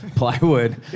plywood